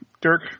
Dirk